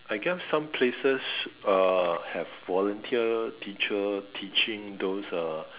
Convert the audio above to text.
I guess some places uh have volunteers teacher teaching those uh